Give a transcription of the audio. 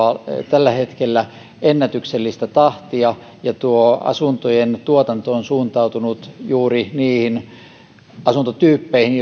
tällä hetkellä ennätyksellistä tahtia ja tuo asuntojen tuotanto on suuntautunut juuri niihin asuntotyyppeihin